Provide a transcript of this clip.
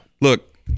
Look